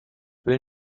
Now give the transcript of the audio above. will